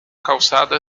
calçada